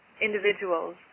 individuals